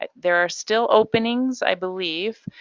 ah there are still openings, i believe.